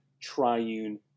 triune